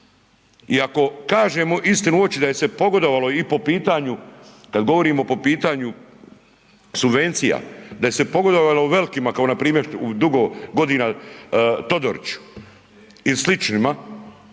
i ako kažemo istinu u oči da je se pogodovalo i po pitanju kada govorimo po pitanju subvencija da je se pogodovalo velikima kao npr. dugo godina Todoriću i sličnima